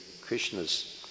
Krishna's